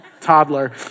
toddler